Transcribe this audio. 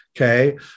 okay